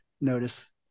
notice